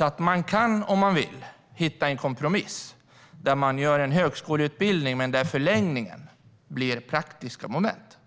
Om man vill kan man alltså hitta en kompromiss där man gör om utbildningen till en högskoleutbildning i vilken förlängningen utgörs av praktiska moment.